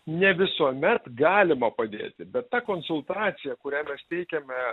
ne visuomet galima padėti bet ta konsultacija kurią mes teikiame